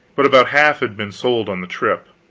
but about half had been sold on the trip.